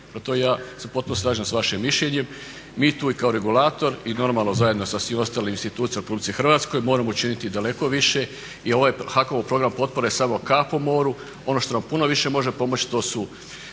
To ja se potpuno slažem s vašim mišljenjem. Mi tu i kao regulator i normalno zajedno sa svim ostalim institucijama u Republici Hrvatskoj moramo učiniti daleko više jer je ovaj HAKOM-ov program potpore samo kap u moru. Ono što nam puno više može pomoći to su